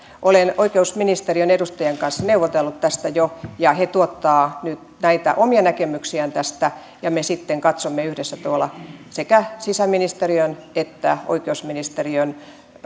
olen oikeusministeriön edustajien kanssa neuvotellut tästä jo ja he tuottavat nyt näitä omia näkemyksiään tästä ja me sitten katsomme yhdessä tuolla sekä sisäministeriön että oikeusministeriön